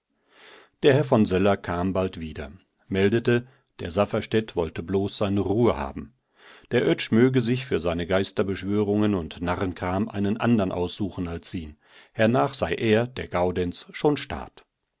der herr von söller kam bald wieder meldete der safferstätt wollte bloß seine ruhe haben der oetsch möge sich für seine geisterbeschwörungen und narrenkram einen anderen aussuchen als ihn hernach sei er der gaudenz schon stad